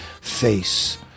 face